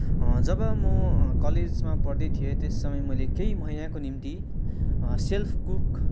जब म कलेजमा पढ्दै थिएँ त्यस समय मैले केही महिनाको निम्ति सेल्फ कुक